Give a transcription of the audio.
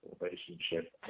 relationship